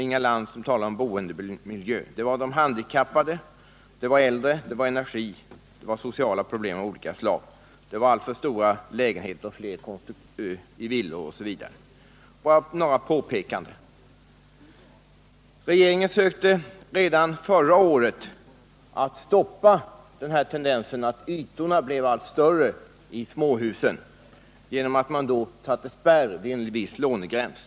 Inga Lantz talade om boendemiljön, de handikappade, de äldre, energi, sociala problem av olika slag. Hon talade om att det finns alltför stora lägenheter i villor osv. Bara några påpekanden. Regeringen sökte redan förra året stoppa trenden att ytorna blev allt större i småhusen, genom att sätta spärr vid en viss lånegräns.